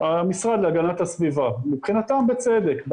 המשרד להגנת הסביבה, מבחינתם בצדק.